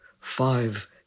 five